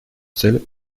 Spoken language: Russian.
цель